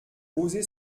osé